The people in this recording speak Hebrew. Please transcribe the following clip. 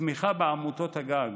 התמיכה בעמותות הגג